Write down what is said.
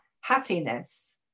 happiness